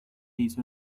hizo